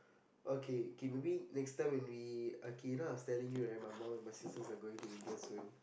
okay K maybe next time when we okay I was telling you right my mom and my sisters are going to India soon